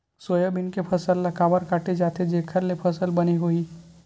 Soybean के फसल ल काबर काटे जाथे जेखर ले फसल बने होही?